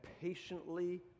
patiently